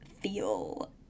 feel